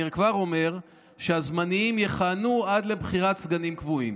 אני כבר אומר שהזמניים יכהנו עד לבחירת סגנים קבועים.